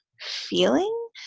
feeling